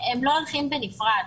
הם לא הולכים בנפרד.